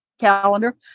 calendar